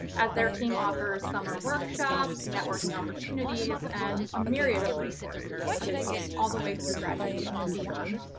as their team offers summer workshops, networking opportunities, and a myriad of resources to you, all the way through graduation and beyond.